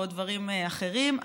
או דברים אחרים,